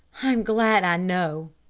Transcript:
i'm glad i know,